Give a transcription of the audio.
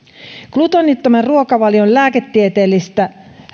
gluteenittoman ruokavalion lääketieteellisyyttä